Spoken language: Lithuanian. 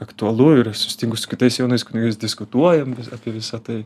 aktualu ir susitinku su kitais jaunais kunigais diskutuojam apie visa tai